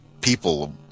people